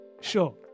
Sure